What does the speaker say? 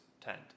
tent